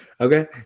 okay